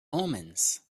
omens